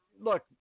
look